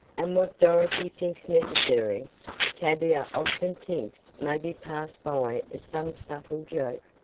and what dorothy thinks necessary tavia often thinks may be passed by as some subtle joke.